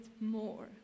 more